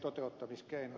toteuttamiskeinot